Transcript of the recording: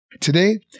Today